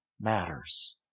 matters